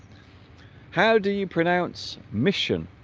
how do you pronounce mission